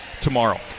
tomorrow